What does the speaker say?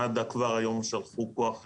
מד"א כבר היום שלחו כוח ראשון,